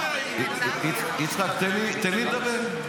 יצחק, תן לי לדבר.